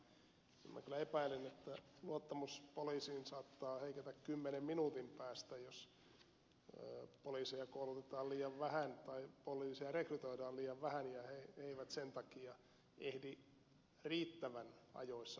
minä kyllä epäilen että luottamus poliisiin saattaa heiketä kymmenen minuutin päästä jos poliiseja koulutetaan liian vähän tai poliiseja rekrytoidaan liian vähän ja he eivät sen takia ehdi riittävän ajoissa paikalle